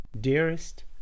Dearest